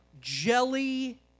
jelly